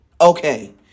Okay